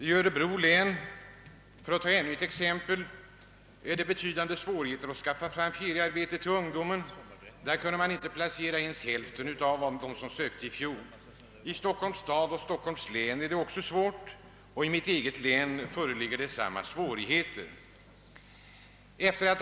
I Örebro län, för att ta ännu ett exempel, föreligger betydande svårigheter att ordna feriearbeten åt ungdomen. Där kunde man i fjol inte placera ens hälften av dem som sökte sådant arbete. I Stockholms stad och Stockholms län är det också svårt, och i mitt eget län — Västernorrland — föreligger stora svårigheter.